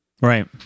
right